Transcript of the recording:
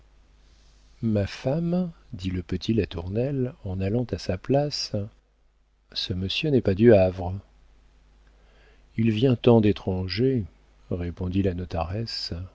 ma femme dit le petit latournelle en allant à sa place ce monsieur n'est pas du havre il vient tant d'étrangers répondit la notaresse